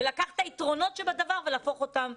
ולקחת את היתרונות שבדבר ולהפוך אותם